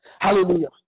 Hallelujah